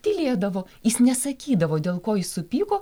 tylėdavo jis nesakydavo dėl ko jis supyko